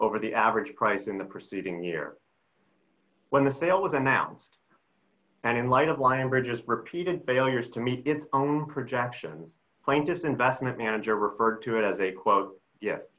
over the average price in the preceding year when the sale was announced and in light of languages repeated failures to meet its own projections claim just investment manager referred to it as a quote yes